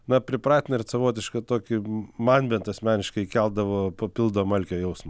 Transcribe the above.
na pripratina ir savotišką tokį man bent asmeniškai keldavo papildomą alkio jausmą